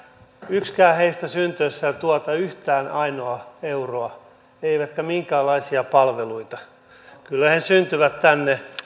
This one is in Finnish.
yksikään heistä syntyessään tuota yhtään ainoaa euroa eivätkä minkäänlaisia palveluita kyllä he syntyvät tänne